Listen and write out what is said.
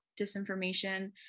disinformation